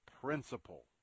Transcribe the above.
principle